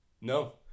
No